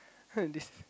this